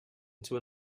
into